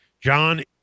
John